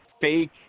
fake